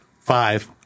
five